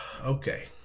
Okay